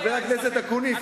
חבר הכנסת אקוניס,